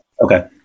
Okay